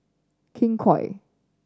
King Koil